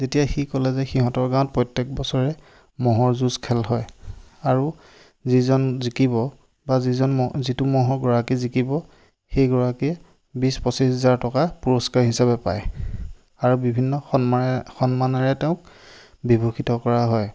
যেতিয়া সি ক'লে যে সিহঁতৰ গাঁৱত প্ৰত্যেক বছৰে ম'হৰ যুঁজ খেল হয় আৰু যিজন জিকিব বা যিজন ম'হ যিটো ম'হৰ গৰাকী জিকিব সেই গৰাকীয়ে বিশ পঁচিছ হাজাৰ টকা পুৰস্কাৰ হিচাপে পায় আৰু বিভিন্ন সন্মানে সন্মানেৰে তেওঁক বিভূষিত কৰা হয়